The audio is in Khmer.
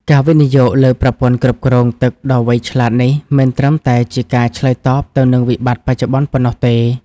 ការវិនិយោគលើប្រព័ន្ធគ្រប់គ្រងទឹកដ៏វៃឆ្លាតនេះ មិនត្រឹមតែជាការឆ្លើយតបទៅនឹងវិបត្តិបច្ចុប្បន្នប៉ុណ្ណោះទេ។